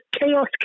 chaos